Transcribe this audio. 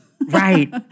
Right